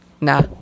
nah